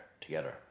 together